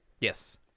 Yes